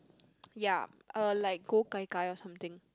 ya uh like go Gai Gai or something